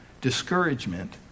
discouragement